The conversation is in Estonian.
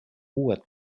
uued